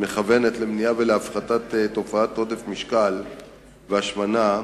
למניעה ולהפחתת עודף משקל והשמנה,